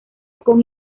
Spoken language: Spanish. con